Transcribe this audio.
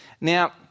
Now